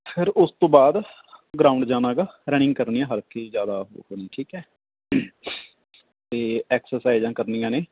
ਫਿਰ ਉਸ ਤੋਂ ਬਾਅਦ ਗਰਾਊਂਡ ਜਾਣਾ ਗਾ ਰਨਿੰਗ ਕਰਨੀ ਹੈ ਹਲਕੀ ਜ਼ਿਆਦਾ ਠੀਕ ਹੈ ਅਤੇ ਐਕਸਰਸਾਈਜ਼ਾ ਕਰਨੀਆਂ ਨੇ